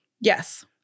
Yes